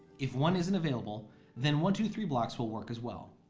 if one isn't available then one, two, three blocks will work as well.